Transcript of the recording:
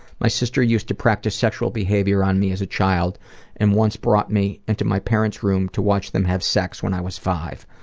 my sister used to practice sexual behavior on me as a child and once brought me into my parents' room to watch them have sex when i was five.